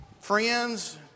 friends